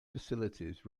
facilities